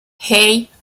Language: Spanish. hey